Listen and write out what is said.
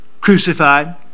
crucified